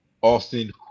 Austin